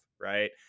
right